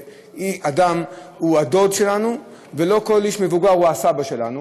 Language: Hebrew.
אדם הוא הדוד שלנו ולא כל איש מבוגר הוא הסבא שלנו,